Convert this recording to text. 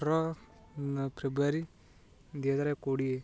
ଅଠର ଫେବୃଆରୀ ଦୁଇ ହଜାର କୋଡ଼ିଏ